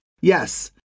Yes